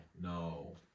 no